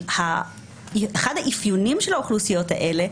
אחד האפיונים של האוכלוסיות האלה,